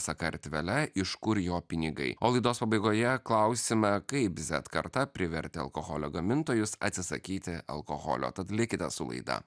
sakartvele iš kur jo pinigai o laidos pabaigoje klausime kaip zet karta privertė alkoholio gamintojus atsisakyti alkoholio tad likite su laida